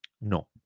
No